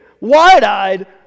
wide-eyed